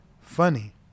funny